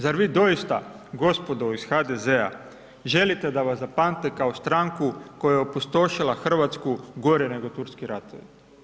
Zar vi doista gospodo iz HDZ-a želite da vas zapamte kao stranku koja je opustošila Hrvatsku gore nego turski ratovi.